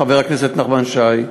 חבר הכנסת נחמן שי,